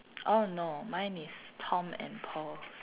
oh no mine is Tom and Paul